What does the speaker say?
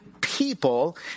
people